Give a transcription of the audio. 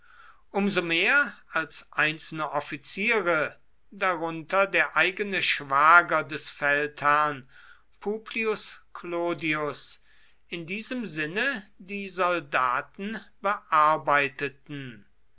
so mehr als einzelne offiziere darunter der eigene schwager des feldherrn publius clodius in diesem sinne die soldaten bearbeiteten